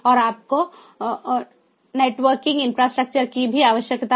और आपको networking infrastructure की भी आवश्यकता है